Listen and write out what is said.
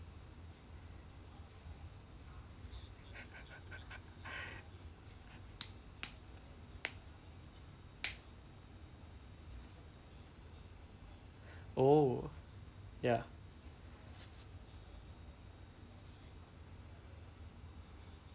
oh ya